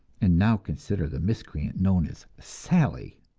and now consider the miscreant known as sally.